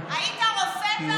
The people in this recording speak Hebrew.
היית רופא פעם?